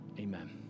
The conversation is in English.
Amen